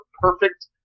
perfect